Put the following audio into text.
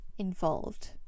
Involved